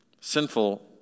Sinful